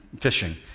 fishing